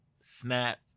Snap